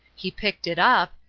he picked it up,